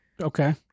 okay